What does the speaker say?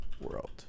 World